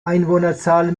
einwohnerzahl